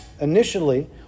initially